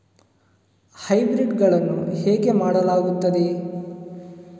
Hybrid ಗಳನ್ನು ಹೇಗೆ ಮಾಡಲಾಗುತ್ತದೆ?